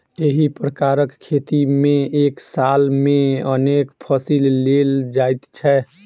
एहि प्रकारक खेती मे एक साल मे अनेक फसिल लेल जाइत छै